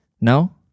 No